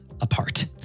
apart